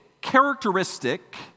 characteristic